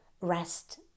rest